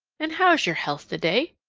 an' how's yer health the day?